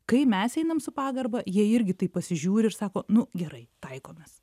kai mes einam su pagarba jie irgi taip pasižiūri ir sako nu gerai taikomės